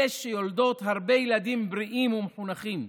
אלה שיולדות הרבה ילדים בריאים ומחונכים,